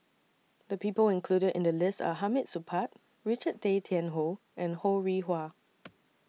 The People included in The list Are Hamid Supaat Richard Tay Tian Hoe and Ho Rih Hwa